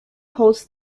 hosts